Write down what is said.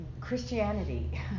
Christianity